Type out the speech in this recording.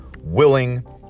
willing